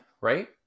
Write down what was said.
right